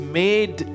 made